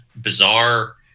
bizarre